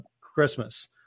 Christmas